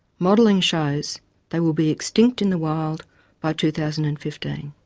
modelling shows they will be extinct in the wild by two thousand and fifteen.